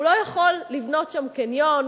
הוא לא יכול לבנות שם קניון,